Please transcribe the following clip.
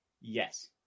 Yes